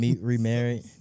remarried